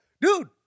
Dude